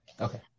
Okay